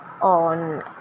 on